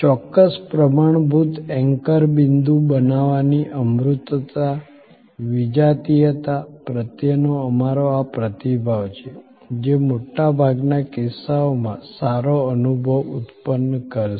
ચોક્કસ પ્રમાણભૂત એન્કર બિંદુ બનાવવાની અમૂર્તતા વિજાતીયતા પ્રત્યેનો આ અમારો પ્રતિભાવ છે જે મોટા ભાગના કિસ્સાઓમાં સારો અનુભવ ઉત્પન્ન કરશે